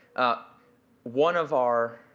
ah one of our